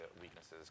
weaknesses